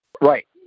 Right